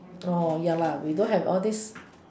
oh ya lor we don't have all this